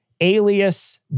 Alias